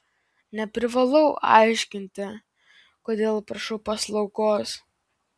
neprivalau aiškinti kodėl prašau paslaugos